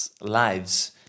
lives